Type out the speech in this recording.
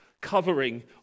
covering